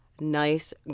nice